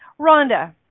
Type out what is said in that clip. Rhonda